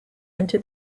into